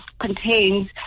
contains